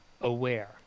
aware